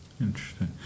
Interesting